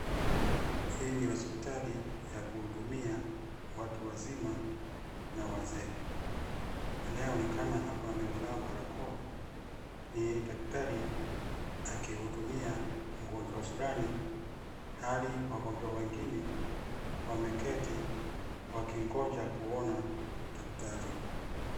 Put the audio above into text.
Hii ni hospitali, ya kuhudumia, watu wazima, na wazee. Anayeonakana hapa amevaa barakoa, ni daktari, akihudumia, mgonjwa fulani, hali wagonjwa wengine, wameketi, wakingoja kuona, daktari.